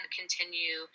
continue